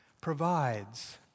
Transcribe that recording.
provides